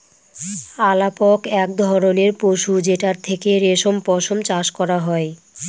আলাপক এক ধরনের পশু যেটার থেকে রেশম পশম চাষ করা হয়